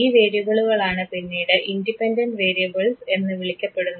ഈ വേരിയബിളുകളാണ് പിന്നീട് ഇൻഡിപെൻഡൻറ് വേരിയബിൾസ് എന്ന് വിളിക്കപ്പെടുന്നത്